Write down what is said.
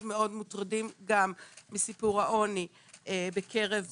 מוטרדים גם מסיפור העוני בקרב ילדים,